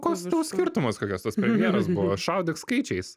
koks tau skirtumas kokios tos premjeros buvo šaudyk skaičiais